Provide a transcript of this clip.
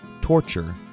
torture